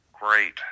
great